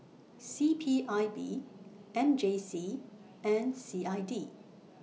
C P I B M J C and C I D